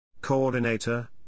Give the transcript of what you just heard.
Coordinator